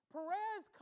Perez